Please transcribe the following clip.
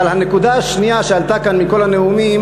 אבל הנקודה השנייה שעלתה כאן מכל הנאומים